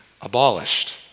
abolished